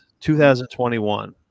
2021